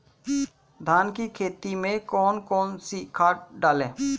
धान की खेती में कौन कौन सी खाद डालें?